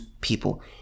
people